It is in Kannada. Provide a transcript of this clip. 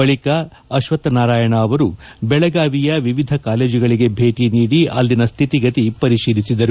ಬಳಿಕ ಅವರು ಬೆಳಗಾವಿಯ ವಿವಿಧ ಕಾಲೇಜುಗಳಿಗೆ ಭೇಟಿ ನೀಡಿ ಅಲ್ಲಿನ ಸ್ಥಿತಿಗತಿ ಪರಿಶೀಲಿಸಿದರು